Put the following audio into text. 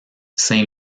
saint